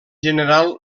general